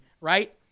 right